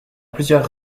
plusieurs